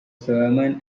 sermon